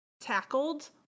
tackled